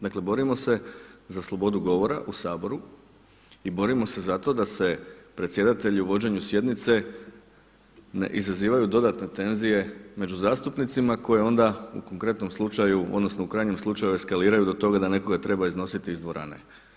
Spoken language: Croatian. Dakle, borimo se za slobodu govora u Saboru i borimo se za to da se predsjedatelji u vođenju sjednice ne izazivaju dodatne tenzije među zastupnicima koje onda u konkretnom slučaju, odnosno u krajnjem slučaju eskaliraju do toga da nekoga treba iznositi iz dvorane.